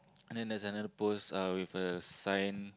then there's another post uh with a sign